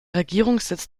regierungssitz